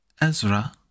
Ezra